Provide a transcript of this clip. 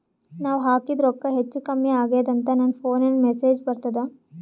ನಾವ ಹಾಕಿದ ರೊಕ್ಕ ಹೆಚ್ಚು, ಕಮ್ಮಿ ಆಗೆದ ಅಂತ ನನ ಫೋನಿಗ ಮೆಸೇಜ್ ಬರ್ತದ?